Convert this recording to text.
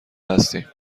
هستیم